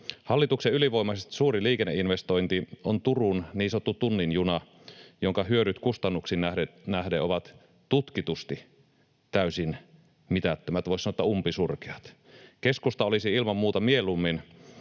Hallituksen ylivoimaisesti suurin liikenneinvestointi on Turun niin sanottu tunnin juna, jonka hyödyt kustannuksiin nähden ovat tutkitusti täysin mitättömät — voisi sanoa, että umpisurkeat. Keskusta olisi ilman muuta mieluummin